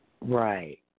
Right